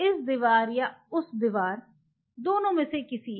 इस दीवार या उस दीवार दोनों में से एक